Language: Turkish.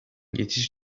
geçiş